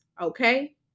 Okay